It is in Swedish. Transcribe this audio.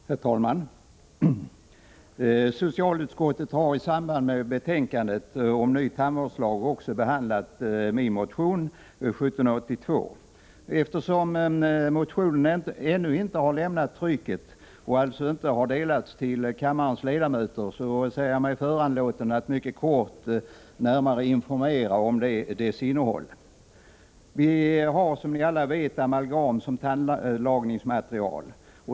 Herr talman! Socialutskottet har i samband med betänkandet om ny tandvårdslag också behandlat min motion 1984/85:1782. Eftersom motionen ännu inte har lämnat trycket och alltså inte delats till kammarens ledamöter ser jag mig föranlåten att mycket kort informera om dess innehåll. Vi har som alla vet amalgam som tandlagningsmaterial.